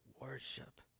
worship